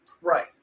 Right